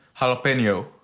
Jalapeno